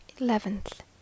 eleventh